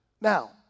now